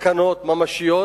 סכנות ממשיות